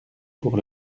pour